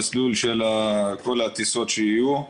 המסלול של כל הטיסות שיהיו.